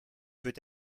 peut